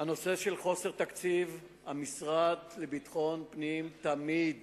הנושא של חוסר תקציב, המשרד לביטחון פנים תמיד